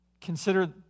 Consider